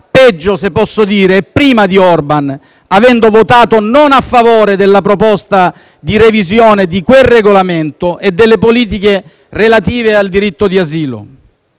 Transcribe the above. peggio - se posso dire - prima di Orban, avendo votato non a favore della proposta di revisione di quel regolamento e delle politiche relative al diritto di asilo.